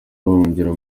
bahungira